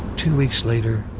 two weeks later,